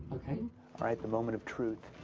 right, the moment of truth.